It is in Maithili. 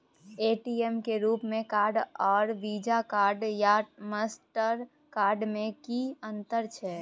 ए.टी.एम में रूपे कार्ड आर वीजा कार्ड या मास्टर कार्ड में कि अतंर छै?